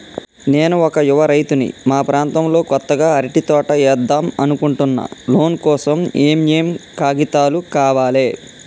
నేను ఒక యువ రైతుని మా ప్రాంతంలో కొత్తగా అరటి తోట ఏద్దం అనుకుంటున్నా లోన్ కోసం ఏం ఏం కాగితాలు కావాలే?